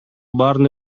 баарын